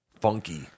Funky